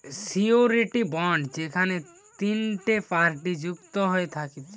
surety bond যেখেনে তিনটে party যুক্ত হয়ে থাকছে